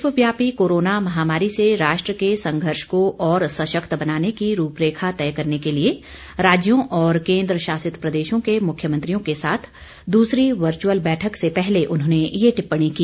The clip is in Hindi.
विश्व व्यापी कोरोना महामारी से राष्ट्र के संघर्ष को और सशक्त बनाने की रूपरेखा तय करने के लिए राज्यों और केन्द्रशासित प्रदेशों के मुख्यमंत्रियों के साथ दूसरी वर्चअल बैठक से पहले उन्होंने यह टिप्पणी की